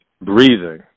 breathing